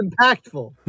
impactful